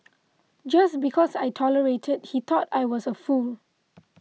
just because I tolerated he thought I was a fool